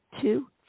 Two